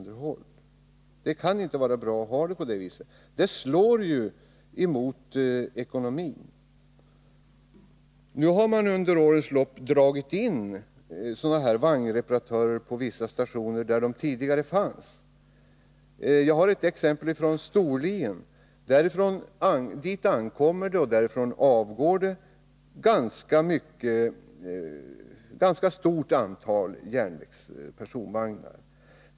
Det kan inte vara bra att ha det på det viset, eftersom det slår emot ekonomin. Nu har man under årens lopp dragit in sådana här vagnreparatörstjänster på vissa stationer. Jag har ett exempel från Storlien. Dit ankommer det och därifrån avgår det ett ganska stort antal järnvägspersonvagnar.